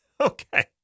Okay